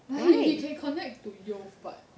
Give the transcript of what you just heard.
like he he can connect to B but